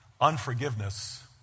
Unforgiveness